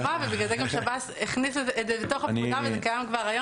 הפקודה וזה קיים כבר היום.